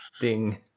Ding